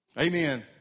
Amen